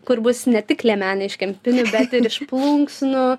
kur bus ne tik liemenė iš kempinių bet ir iš plunksnų